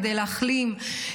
כדי להחלים,